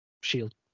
shield